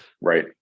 right